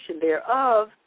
thereof